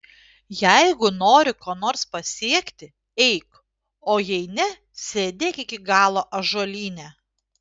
jeigu nori ko nors pasiekti eik o jei ne sėdėk iki galo ąžuolyne